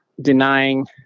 denying